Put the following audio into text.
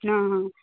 हां हां